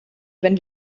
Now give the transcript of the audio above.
wenn